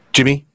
Jimmy